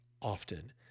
often